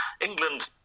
England